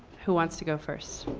who wants to go first?